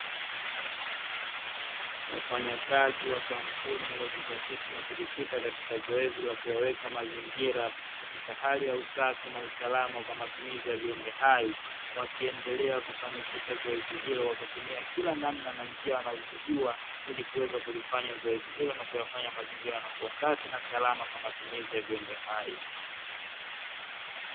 Wafanyakazi wa kampuni iliyojizatiti na kujikita katika zoezi la kuyaweka mazingira katika hali ya usafi na usalama kwa matumizi ya viumbe hai, wakiendelea kufanikisha zoezi hilo kwa kutumia kila namna na njia wanazozijua ili kuweza kulifanya zoezi hilo na kuyafanya mazingira kuwa safi na salama kwa matumizi ya viumbe hai.